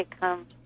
come